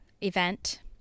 event